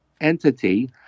entity